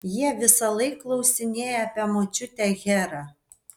jie visąlaik klausinėja apie močiutę herą